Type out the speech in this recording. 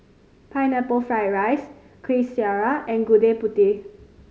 Pineapple Fried rice Kuih Syara and Gudeg Putih